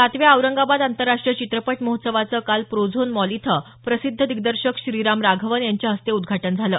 सातव्या औरंगाबाद आंतरराष्ट्रीय चित्रपट महोत्सवाचं काल प्रोझोन मॉल इथं प्रसिद्ध दिग्दर्शक श्रीराम राघवन यांच्या हस्ते झालं